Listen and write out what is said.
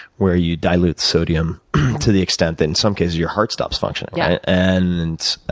where you dilute sodium to the extent that in some cases, your heart stops functioning. yeah. and,